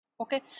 okay